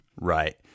Right